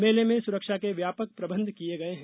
मेले में सुरक्षा के व्यापक प्रबंध किए गए हैं